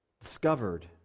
discovered